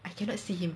I cannot see him